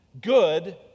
good